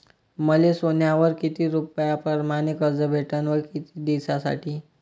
मले सोन्यावर किती रुपया परमाने कर्ज भेटन व किती दिसासाठी?